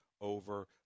over